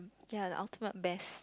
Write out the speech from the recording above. ya the ultimate best